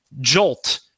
jolt